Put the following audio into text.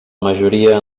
majoria